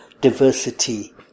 diversity